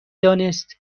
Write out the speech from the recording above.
دانست